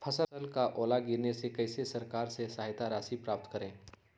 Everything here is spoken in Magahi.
फसल का ओला गिरने से कैसे सरकार से सहायता राशि प्राप्त करें?